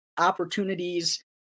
opportunities